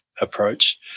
approach